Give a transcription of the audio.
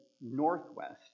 northwest